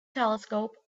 telescope